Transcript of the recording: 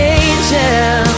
angel